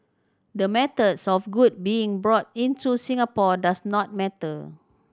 the methods of good being brought into Singapore does not matter